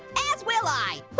as will i.